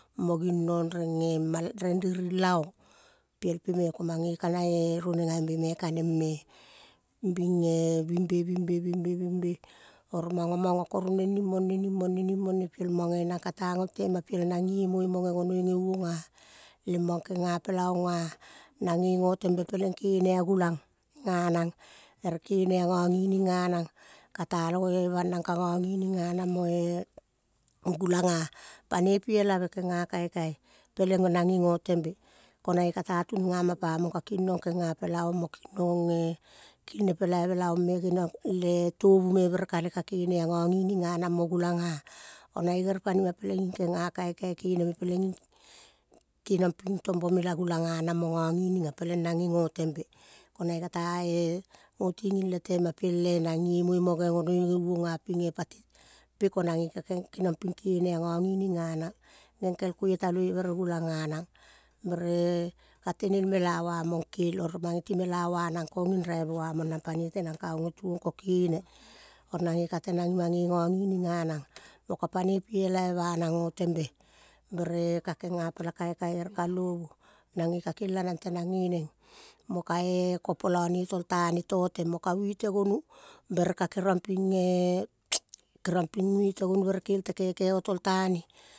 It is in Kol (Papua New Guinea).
Mo ging nong reng eh ma reng riring laong piel pe me komange kana-e ruoneng ave be me kaneng me bin eh. Bing be bing be, bing be bing be oro mango mango ko roneng ning mone ning mone ning mone piel mong eh. Nang kata gol trema piel nang gemol mo gegonoi ge uong ah. Lem mong kenga pela ong ah. Nang ge gotem be, peleng kene a-gulang ganang ere kene a-gogining ga nang, kata banang ka gogining ka-nang mo-e gulang an. Panoi pi elave kenga kaikai, peleng nang, ge gotem be, ko-nang ge kata tunga pamong. Kaging nong kenga pela ong mo king nong eh, kilne pelaive laong me geniong le tovu me bere kale ka kane a gogining ganang mo gulang ah oro nangge kerel panima pelenging kenga kaikai keneme pelenging keniong ping tombo me la gulang ganang mo gogining ah. Peleng nange go tembe, ko-nange kata eh. Gotiging le tema piel nang gemoi mo gegonoi gei-uong ah. Ping eh pati pe ko-nang ge keniong ping kene ah gogining ga-nang geng bere gulang ganang bere eh. Katenenl mela uamong kel oro mangi ti mela ua-nang kong ging raive u-a-mong nang panoi tenang ka-ong getuong, ko-kene, oro nang ge kate nang ima ge gogining ganang, moka panoi pi elave banang go tembe bere kagenga pela kaikai ere kalovu-nange kakelia nang tenang ge neng mo ka-e ko polo ne toltane toteng mo. Ka vute gonu ere kel te kaikai o tol tane.